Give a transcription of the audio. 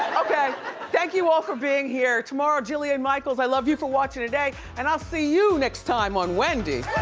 thank you all for being here. tomorrow jillian michaels. i love you for watching today. and i'll see you next time on wendy!